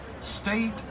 state